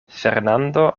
fernando